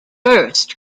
burst